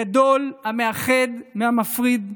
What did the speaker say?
גדול המאחד מהמפריד.